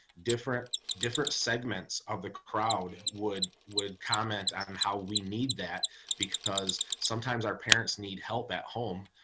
different, different segments of the crowd would would comment on how we need that because sometimes our parents need help at home.